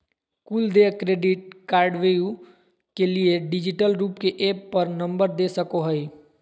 कुल देय क्रेडिट कार्डव्यू के लिए डिजिटल रूप के ऐप पर नंबर दे सको हइ